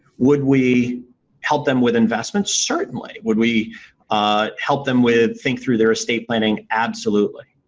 would we help them with investments? certainly. would we help them with think through their estate planning? absolutely.